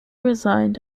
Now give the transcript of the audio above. resigned